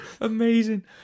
Amazing